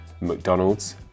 McDonald's